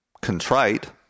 contrite